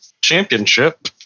championship